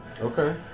Okay